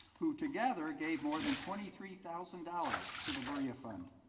who together, gave more than twenty three thousand dollars to the berea fund.